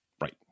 Right